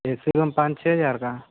ए C room पाँच छः हज़ार का